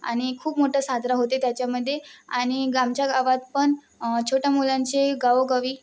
आणि खूप मोठं साजरा होते त्याच्यामध्ये आणि आमच्या गावात पण छोट्या मुलांचे गावोगावी